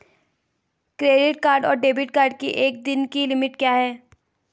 Credit card और debit card की एक दिन की लिमिट क्या है?